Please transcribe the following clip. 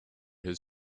his